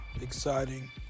exciting